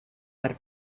per